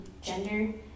gender